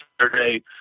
Saturday